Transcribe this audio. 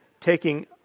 taking